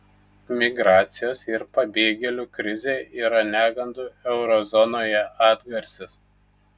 migracijos ir pabėgėlių krizė yra negandų euro zonoje atgarsis